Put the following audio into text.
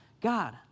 God